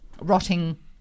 rotting